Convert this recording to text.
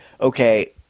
okay